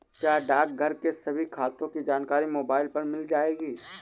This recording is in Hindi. क्या डाकघर के सभी खातों की जानकारी मोबाइल पर मिल जाएगी?